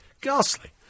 Ghastly